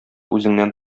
үзеңнән